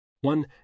One